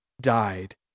died